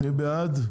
מי בעד?